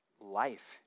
life